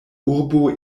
urbo